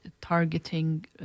targeting